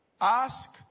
Ask